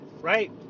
Right